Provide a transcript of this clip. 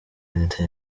reta